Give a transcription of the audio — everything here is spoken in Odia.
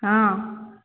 ହଁ